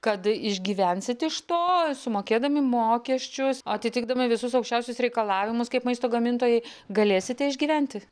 kad išgyvensit iš to sumokėdami mokesčius atitikdami visus aukščiausius reikalavimus kaip maisto gamintojai galėsite išgyventi